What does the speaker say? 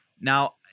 Now